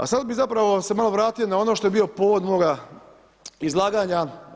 A sada bih zapravo se malo vratio na ono što je bio povod moga izlaganja.